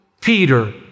Peter